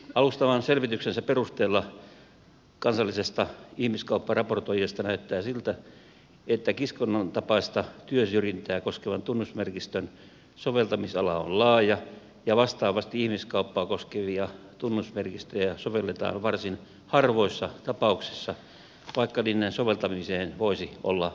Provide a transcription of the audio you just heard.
alustavan selvityksensä perusteella kansallisesta ihmiskaupparaportoijasta näyttää siltä että kiskonnan tapaista työsyrjintää koskevan tunnusmerkistön soveltamisala on laaja ja vastaavasti ihmiskauppaa koskevia tunnusmerkistöjä sovelletaan varsin harvoissa tapauksissa vaikka niiden soveltamiseen voisi olla edellytyksiä